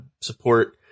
support